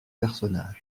personnages